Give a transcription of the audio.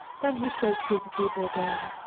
then he spoke to the keeper again.